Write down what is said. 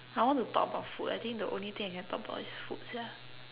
I want to talk about food I think the only thing I can talk about is food sia